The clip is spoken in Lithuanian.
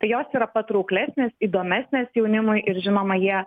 tai jos yra patrauklesnės įdomesnės jaunimui ir žinoma jie